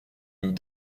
nous